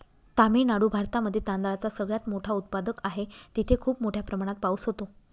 तामिळनाडू भारतामध्ये तांदळाचा सगळ्यात मोठा उत्पादक आहे, तिथे खूप मोठ्या प्रमाणात पाऊस होतो